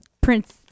Prince